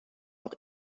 auch